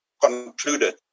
concluded